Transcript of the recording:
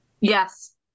Yes